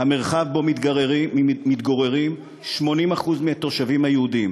המרחב שבו מתגוררים 80% מהתושבים היהודים,